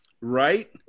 right